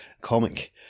comic